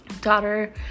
Daughter